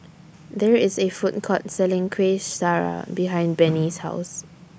There IS A Food Court Selling Kueh Syara behind Bennie's House